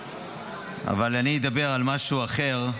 אבל אני אדבר על משהו אחר.